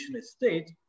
state